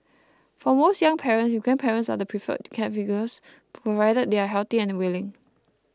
for most young parents grandparents are the preferred caregivers provided they are healthy and willing